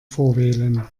vorwählen